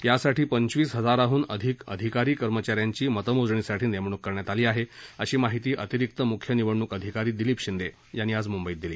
यासाठी पंचवीस हजारांहून अधिक अधिकारी कर्मचाऱ्यांची मतमोजणीसाठी नेमणूक करण्यात आली आहे अशी माहिती अतिरिक्त मुख्य निवडणूक अधिकारी दिलीप शिंदे यांनी आज दिली